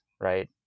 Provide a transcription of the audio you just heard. right